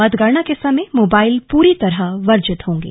मतगणना के समय मोबाइल पूरी तरह वर्जित होंगे